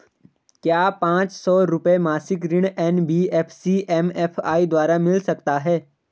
क्या पांच सौ रुपए मासिक ऋण एन.बी.एफ.सी एम.एफ.आई द्वारा मिल सकता है?